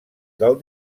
del